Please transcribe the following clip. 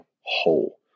whole